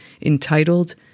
entitled